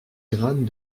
grammes